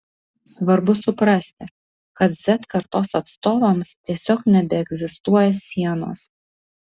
svarbu suprasti kad z kartos atstovams tiesiog nebeegzistuoja sienos